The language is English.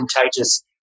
Contagious